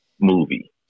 movie